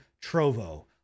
Trovo